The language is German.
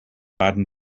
baden